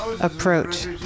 approach